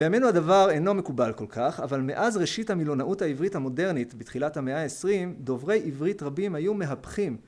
בימינו הדבר אינו מקובל כל כך, אבל מאז ראשית המילונאות העברית המודרנית בתחילת המאה ה-20, דוברי עברית רבים היו מהפכים.